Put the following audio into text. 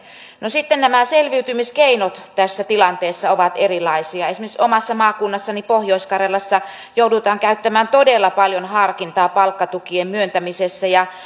no sitten nämä selviytymiskeinot tässä tilanteessa ovat erilaisia esimerkiksi omassa maakunnassani pohjois karjalassa joudutaan käyttämään todella paljon harkintaa palkkatukien myöntämisessä ja